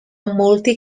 multi